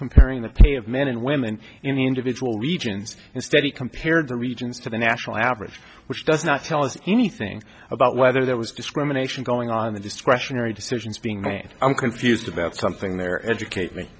comparing the t of men and women in the individual regions instead he compared the regions to the national average which does not tell us anything about whether there was discrimination going on the discretionary decisions being made and i'm confused about something there educate me